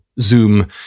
Zoom